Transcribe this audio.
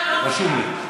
רשום לי.